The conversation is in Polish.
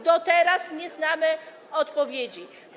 Do teraz nie znamy odpowiedzi.